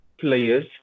players